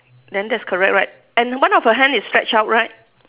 then that's correct right and one of her hand is stretch out right